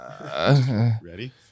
ready